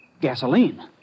Gasoline